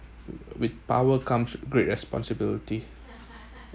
with power comes great responsibility